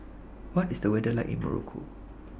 What IS The weather like in Morocco